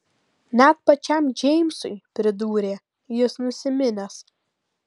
net pačiam džeimsui pridūrė jis nusiminęs